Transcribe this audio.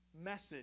message